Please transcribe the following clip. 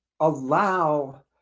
allow